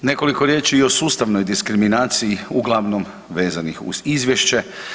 Nekoliko riječi i o sustavnoj diskriminaciji uglavnom vezanih uz izvješće.